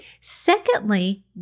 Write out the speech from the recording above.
Secondly